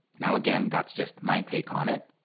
now again, that's just my take on it,